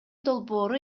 долбоору